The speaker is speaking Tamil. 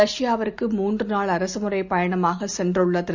ரஷ்யாவுக்குமூன்றுநாள்அரசுமுறைப்பயணமாகசென்றுள்ளதிரு